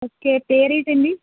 okay పేరేంటండీ